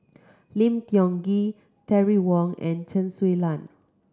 Lim Tiong Ghee Terry Wong and Chen Su Lan